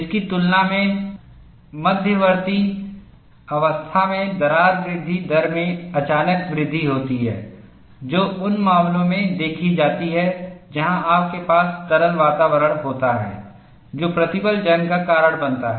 इसकी तुलना में मध्यवर्ती अवस्था में दरार वृद्धि दर में अचानक वृद्धि होती है जो उन मामलों में देखी जाती है जहां आपके पास तरल वातावरण होता है जो प्रतिबल जंग का कारण बनता है